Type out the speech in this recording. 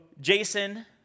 Jason